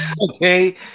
Okay